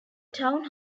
town